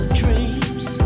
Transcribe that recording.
dreams